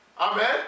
Amen